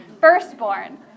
firstborn